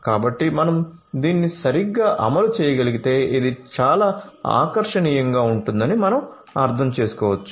కాబట్టి మనం దీన్ని సరిగ్గా అమలు చేయగలిగితే ఇది చాలా ఆకర్షణీయంగా ఉంటుందని మనం అర్థం చేసుకోవచ్చు